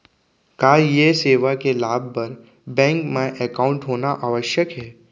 का ये सेवा के लाभ बर बैंक मा एकाउंट होना आवश्यक हे